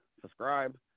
Subscribe